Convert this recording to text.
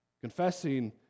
Confessing